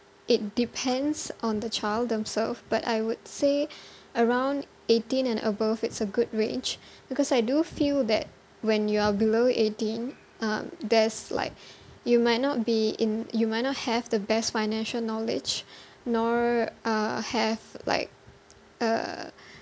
it depends on the child themself but I would say around eighteen and above is a good range because I do feel that when you are below eighteen um there's like you might not be in you might not have the best financial knowledge nor uh have like uh